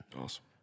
Awesome